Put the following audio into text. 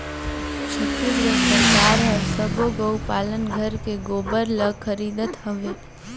छत्तीसगढ़ सरकार हर सबो गउ पालन घर के गोबर ल खरीदत हवे